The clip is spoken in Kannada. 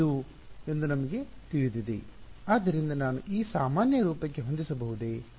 ಆದ್ದರಿಂದ ನಾನು ಈ ಸಾಮಾನ್ಯ ರೂಪಕ್ಕೆ ಹೊಂದಿಸಬಹುದೆ